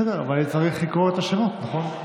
בסדר, אבל אני צריך לקרוא את השמות, נכון?